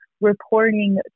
reporting